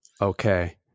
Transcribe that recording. Okay